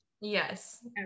yes